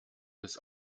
des